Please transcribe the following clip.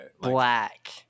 black